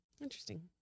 Interesting